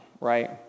right